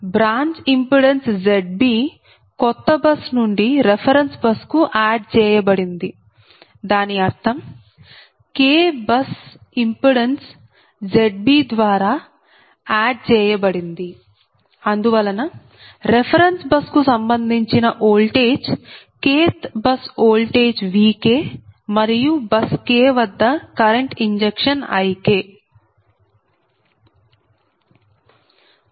branch impedance Zb కొత్త bus నుండి reference bus కు ఆడ్ చేయబడింది దాని అర్థం k బస్ ఇంపిడెన్స్ Zb ద్వారా ఆడ్ చేయబడింది అందువలన రెఫెరెన్స్ బస్ కు సంబంధించిన voltage kth bus voltage Vk మరియు బస్ k వద్ద కరెంట్ ఇంజెక్షన్ Ik